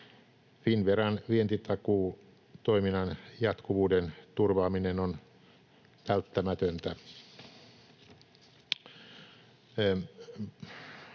Finnveran vientitakuutoiminnan jatkuvuuden turvaaminen on välttämätöntä.